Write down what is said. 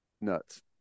nuts